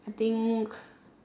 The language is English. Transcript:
I think